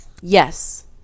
yes